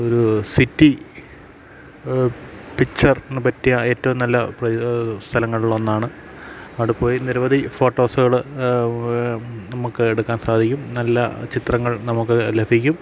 ഒരു സിറ്റി പിക്ചർന് പറ്റിയ ഏറ്റവും നല്ല സ്ഥലങ്ങളിൽ ഒന്നാണ് അവിടെ പോയി നിരവധി ഫോട്ടോസുകൾ നമുക്ക് എടുക്കാൻ സാധിക്കും നല്ല ചിത്രങ്ങൾ നമുക്ക് ലഭിക്കും